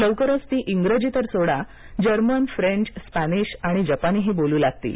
लवकरच ती इंग्रजी तर सोडा जर्मन फ्रेंच स्पॅनिश आणि जपानी बोलू लागतील